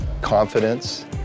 Confidence